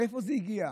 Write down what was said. מאיפה זה הגיע,